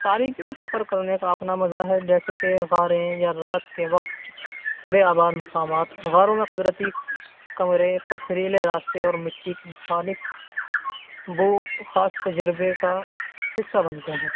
تاریکی میں سفر کرنے کا اپنا مزہ ہے جیسے کہ غاریں یا رات کے وقت بیابان مقامات غاروں میں قدرتی کمرے پتھریلے راستے اور مٹی کی خالص وہ خاص تجربے کا حصہ بنتے ہیں